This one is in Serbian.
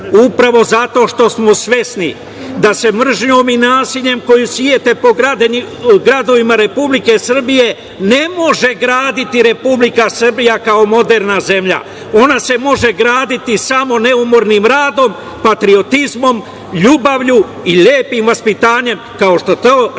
Upravo zato što smo svesni da se mržnjom i nasiljem koje sejete po gradovima Republike Srbije ne može graditi Republika Srbija kao moderna zemlja. Ona se može graditi samo neumorni radom, patriotizmom, ljubavlju i lepim vaspitanjem kao što to radi naš